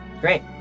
Great